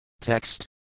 Text